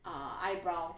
uh eyebrow